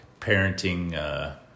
parenting